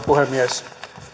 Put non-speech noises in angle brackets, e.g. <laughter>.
<unintelligible> puhemies